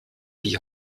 wie